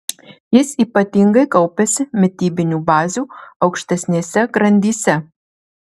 jis ypatingai kaupiasi mitybinių bazių aukštesnėse grandyse